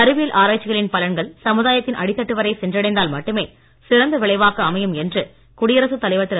அறிவியல் ஆராய்ச்சிகளின் பலன்கள் சமுதாயத்தின் அடித்தட்டு வரை சென்றடைந்தால் மட்டுமே சிறந்த விளைவாக அமையும் என்று குடியரசுத் தலைவர் திரு